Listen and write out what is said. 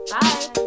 Bye